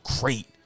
great